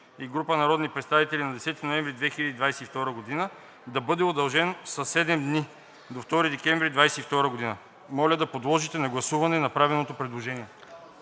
и група народни представители на 10 ноември 2022 г., да бъде удължен със седем дни – до 2 декември 2022 г. Моля да подложите на гласуване направеното предложение.